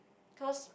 cause